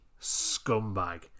scumbag